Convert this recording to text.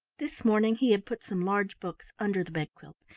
this morning he had put some large books under the bedquilt,